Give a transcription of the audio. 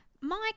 Mike